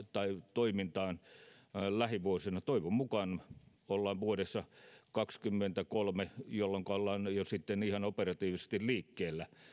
toimintaan ihan lähivuosina toivon mukaan jo vuonna kaksikymmentäkolme ollaan ihan operatiivisesti liikkeellä